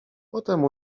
potem